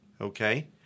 Okay